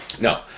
No